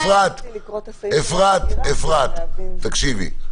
אפרת, תקשיבי,